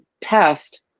test